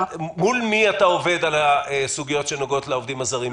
מול מי אתה עובד על הסוגיות שנוגעות לעובדים הזרים?